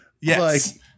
Yes